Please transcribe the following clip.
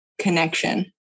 connection